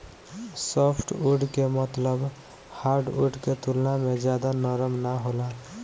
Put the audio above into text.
softwood के मतलब hardwood के तुलना में ज्यादा नरम ना होला